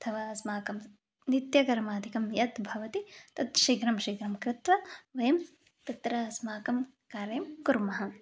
अथवा अस्माकं नित्यकर्मादिकं यत् भवति तद् शीघ्रं शीघ्रं कृत्वा वयं तत्र अस्माकं कार्यं कुर्मः